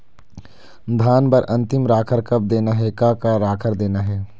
धान बर अन्तिम राखर कब देना हे, का का राखर देना हे?